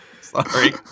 Sorry